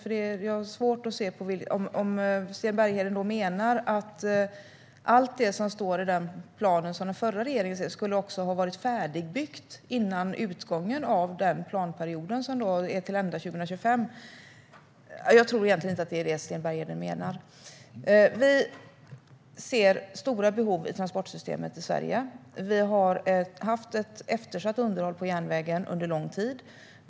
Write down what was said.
Jag tror egentligen inte att Sten Bergheden menar att allt det som står i planen från den förra regeringen också skulle ha varit färdigbyggt före utgången av planperioden, som är till ända 2025. Vi ser stora behov i transportsystemet i Sverige. Vi har haft ett eftersatt underhåll på järnvägen under lång tid.